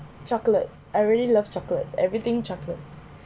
chocolates I really love chocolates everything chocolate